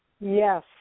Yes